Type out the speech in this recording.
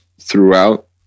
throughout